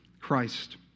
Christ